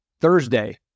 Thursday